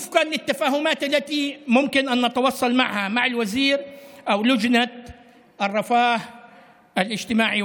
בהתאם להבנות עם השר או ועדת העבודה והרווחה.